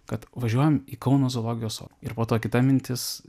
kad važiuojam į kauno zoologijos sodą ir po to kita mintis